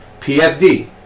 pfd